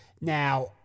Now